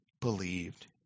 believed